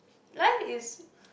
life is